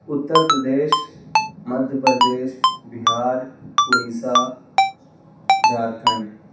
Uttar Pradesh Madhya Pradesh Bihar Orissa Jharkhand